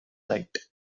light